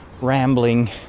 rambling